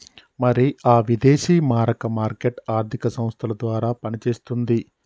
మరి ఆ విదేశీ మారక మార్కెట్ ఆర్థిక సంస్థల ద్వారా పనిచేస్తుంది